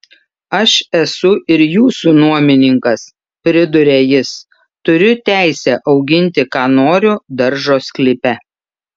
aš esu ir jūsų nuomininkas priduria jis turiu teisę auginti ką noriu daržo sklype